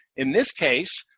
in this case,